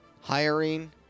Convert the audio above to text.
hiring